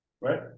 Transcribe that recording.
Right